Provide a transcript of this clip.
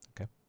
Okay